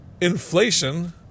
inflation